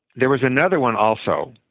there was another one also,